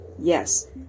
yes